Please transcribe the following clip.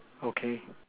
okay